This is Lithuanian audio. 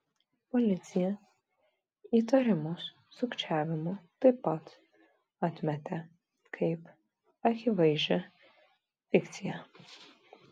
policija įtarimus sukčiavimu taip pat atmetė kaip akivaizdžią fikciją